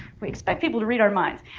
we expect people to read our minds.